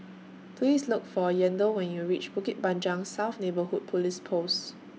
Please Look For Yandel when YOU REACH Bukit Panjang South Neighbourhood Police Post